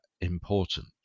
important